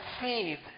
faith